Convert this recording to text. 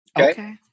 Okay